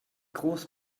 groß